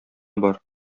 бар